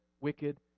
wicked